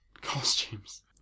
Costumes